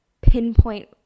pinpoint